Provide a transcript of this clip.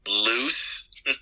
loose